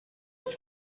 woot